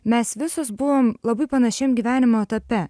mes visos buvom labai panašiam gyvenimo etape